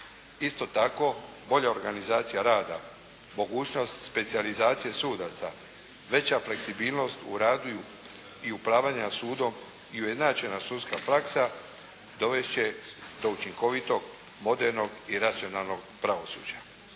Isto tako, bolja organizacija rada, mogućnost specijalizacije sudaca, veća fleksibilnost u radu i upravljanja sudom i ujednačena sudska praksa dovesti će do učinkovitog, modernog i racionalnog pravosuđa.